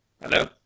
Hello